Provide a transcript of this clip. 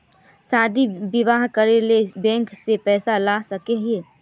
शादी बियाह करे ले भी बैंक से पैसा ला सके हिये?